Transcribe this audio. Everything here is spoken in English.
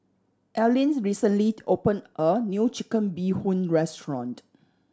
Alleen recently opened a new Chicken Bee Hoon restaurant